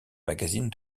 magazine